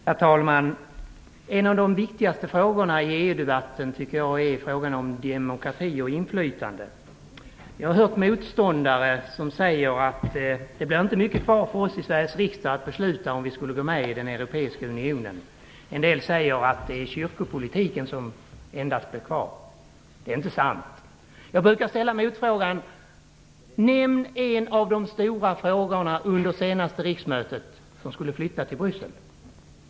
Herr talman! Jag tycker att frågan om demokrati och inflytande är en av de viktigaste i EU-debatten. Jag har hört motståndare säga att det inte blir mycket kvar för oss i Sveriges riksdag att besluta om, om vi skulle gå med i Europeiska unionen. En del säger att det endast är kyrkopolitiken som blir kvar. Det är inte sant. Jag brukar genmäla: Nämn en av de stora frågorna under det senaste riksmötet som skulle flytta till Bryssel!